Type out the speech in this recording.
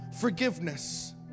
forgiveness